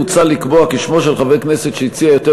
מוצע לקבוע כי שמו של חבר כנסת שהציע יותר